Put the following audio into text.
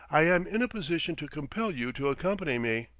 i am in a position to compel you to accompany me.